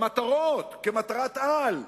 במטרות, כמטרת-על: